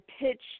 pitch